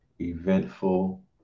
eventful